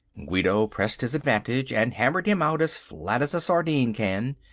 guido pressed his advantage and hammered him out as flat as a sardine can.